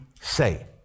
say